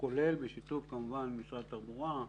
כולל ובשיתוף משרד התחבורה,